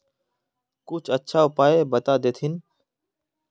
कुछ अच्छा उपाय बता देतहिन?